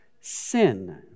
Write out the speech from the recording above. sin